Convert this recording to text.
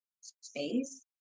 space